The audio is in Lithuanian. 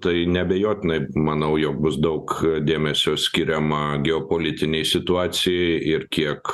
tai neabejotinai manau jog bus daug dėmesio skiriama geopolitinei situacijai ir kiek